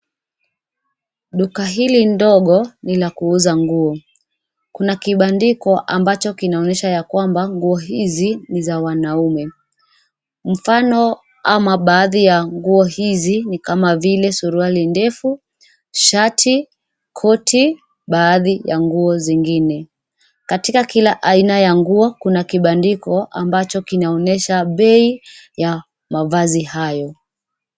Duka hili ndogo ni la kuuza nguo. Kuna kibandiko ambacho kinaonyesha ya kwamba nguo hizi ni za wanaume. Mfano ama baadhi ya nguo hizi ni kama vile suruali ndefu, shati, koti, baadhi ya nguo zingine. Katika kila aina ya nguo kuna kibandiko ambacho kinaonyesha bei ya mavazi hayo.